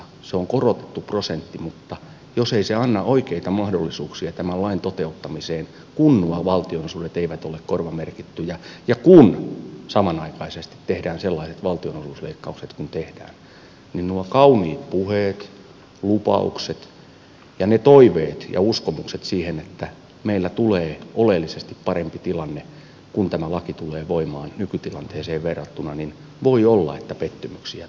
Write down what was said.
se on korotettu prosentti mutta jos ei se anna oikeita mahdollisuuksia tämän lain toteuttamiseen kun nuo valtionosuudet eivät ole korvamerkittyjä ja kun samanaikaisesti tehdään sellaiset valtionosuusleikkaukset kuin tehdään niin nuo kauniit puheet lupaukset ja ne toiveet ja uskomukset siitä että meillä tulee oleellisesti parempi tilanne kun tämä laki tulee voimaan nykytilanteeseen verrattuna niin voi olla että pettymyksiä tulee